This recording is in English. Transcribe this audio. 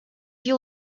you